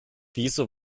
wieso